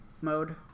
mode